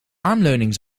armleuning